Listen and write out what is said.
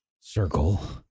circle